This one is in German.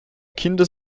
kinder